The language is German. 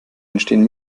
entstehen